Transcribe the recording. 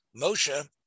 Moshe